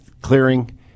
clearing